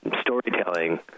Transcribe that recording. storytelling